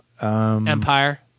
Empire